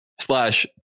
slash